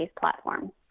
platform